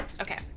Okay